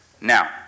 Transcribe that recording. Now